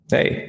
Hey